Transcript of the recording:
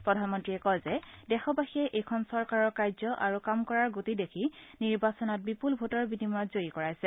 প্ৰধানমন্ত্ৰীয়ে কয় যে দেশবাসীয়ে এইখন চৰকাৰৰ কাৰ্য আৰু কাম কৰাৰ গতি দেখি নিৰ্বাচনত বিপুল ভোটৰ বিনিময়ত বিজয়ী কৰাইছে